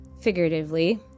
figuratively